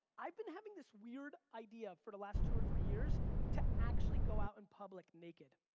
i've been having this weird idea for the last two or three years to actually go out in public naked.